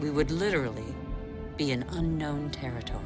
we would literally be an unknown territory